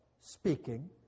speaking